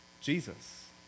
Jesus